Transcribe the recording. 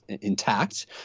intact